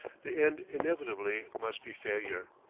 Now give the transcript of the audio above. the end inevitably must be failure.